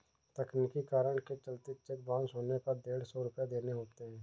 तकनीकी कारण के चलते चेक बाउंस होने पर डेढ़ सौ रुपये देने होते हैं